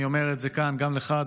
אני אומר את זה כאן גם לך,